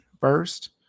first